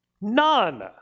none